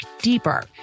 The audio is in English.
deeper